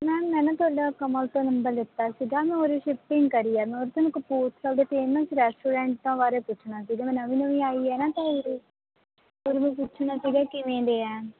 ma'am ਮੈਂ ਨਾ ਤੁਹਾਡਾ ਕਮਲ ਤੋਂ ਨੰਬਰ ਲਿੱਤਾ ਸੀਗਾ ਮੈਂ ਉਰੇ ਸ਼ਿਫਟਿੰਗ ਕਰੀ ਹੈ ਕਪੂਰਥਲਾ ਦੇ ਫੇਮਸ ਰੈਸਟੋਰੈਂਟਾਂ ਬਾਰੇ ਪੁੱਛਣਾ ਸੀਗਾ ਮੈਂ ਨਵੀਂ ਨਵੀਂ ਆਈ ਹੈ ਨਾ ਤਾਂ ਉਰੇ ਤੁਹਾਨੂੰ ਪੁੱਛਣਾ ਸੀਗਾ ਕਿਵੇਂ ਦੇ ਆ